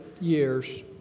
years